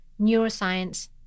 neuroscience